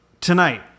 Tonight